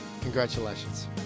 congratulations